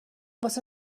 واسه